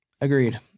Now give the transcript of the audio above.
agreed